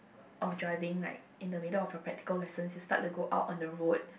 of driving like in the middle of your practical lessons you start to go out on the road